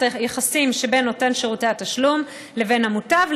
היחסים שבין נותן שירותי התשלום לבין המוטב,